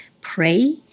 pray